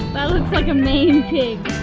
looks like a mean pig.